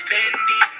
Fendi